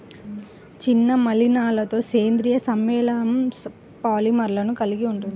చిన్న మలినాలతోసేంద్రీయ సమ్మేళనంపాలిమర్లను కలిగి ఉంటుంది